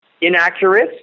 inaccurate